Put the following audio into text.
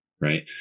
right